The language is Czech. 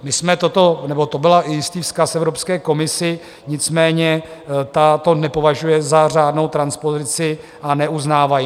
My jsme toto... nebo to byl i jistý vzkaz Evropské komisi, nicméně ta to nepovažuje za řádnou transpozici a neuznává ji.